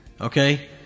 Okay